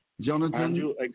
Jonathan